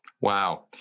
Wow